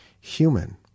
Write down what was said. human